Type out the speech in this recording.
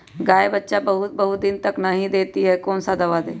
गाय बच्चा बहुत बहुत दिन तक नहीं देती कौन सा दवा दे?